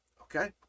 Okay